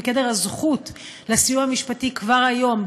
בגדר הזכות לסיוע המשפטי כבר היום,